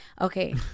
okay